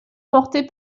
portée